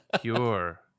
pure